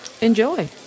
enjoy